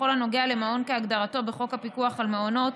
בכל הנוגע למעון כהגדרתו בחוק הפיקוח על מעונות,